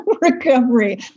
recovery